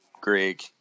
Greg